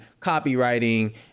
copywriting